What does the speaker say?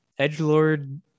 edgelord